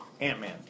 Ant-Man